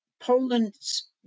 Poland's